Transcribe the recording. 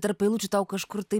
tarp eilučių tau kažkur tai